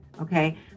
okay